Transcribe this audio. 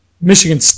Michigan